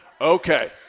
Okay